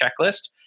checklist